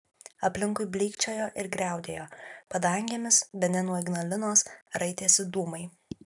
aplinkui blykčiojo ir griaudėjo padangėmis bene nuo ignalinos raitėsi dūmai